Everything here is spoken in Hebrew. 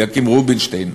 אליקים רובינשטיין,